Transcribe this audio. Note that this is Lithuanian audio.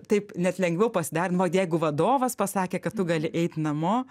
taip net lengviau pasidarė man jeigu vadovas pasakė kad tu gali eit namo